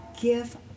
give